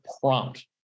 prompt